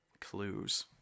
clues